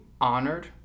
honored